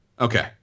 Okay